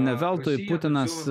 ne veltui putinas